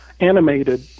animated